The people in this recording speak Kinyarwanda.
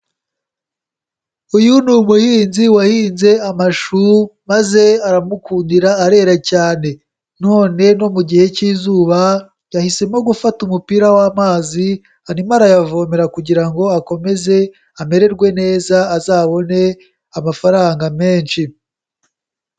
Uyu ni umuhinzi wahinze amashu maze aramukundira arera cyane, none no mu gihe cy'izuba yahisemo gufata umupira w'amazi, arimo arayavomera kugira ngo akomeze amererwe neza, azabone amafaranga menshi.